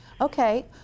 Okay